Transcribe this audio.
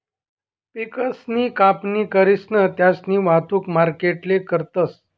पिकसनी कापणी करीसन त्यास्नी वाहतुक मार्केटले करतस